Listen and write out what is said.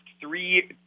three